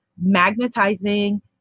magnetizing